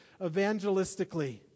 evangelistically